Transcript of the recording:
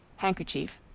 handkerchief,